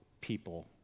people